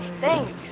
Thanks